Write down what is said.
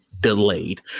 delayed